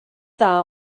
dda